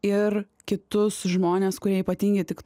ir kitus žmones kurie ypatingi tik